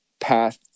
path